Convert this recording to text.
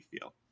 feel